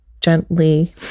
gently